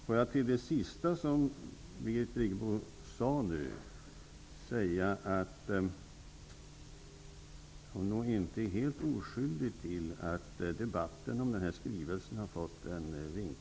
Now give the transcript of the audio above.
Birgit Friggebo är nog inte helt oskyldig till att debatten om den här skrivelsen har vinklats.